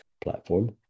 platform